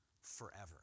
forever